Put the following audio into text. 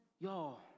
Y'all